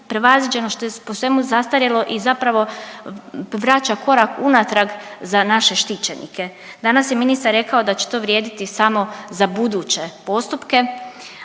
što je po svemu zastarjelo i zapravo vraća korak unatrag za naše štićenike. Danas je ministar rekao da će to vrijediti samo za buduće postupke,